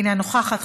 אינה נוכחת,